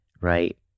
right